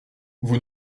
vous